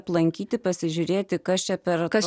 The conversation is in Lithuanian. aplankyti pasižiūrėti kas čia per kas